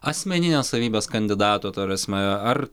asmeninės savybės kandidato ta prasme ar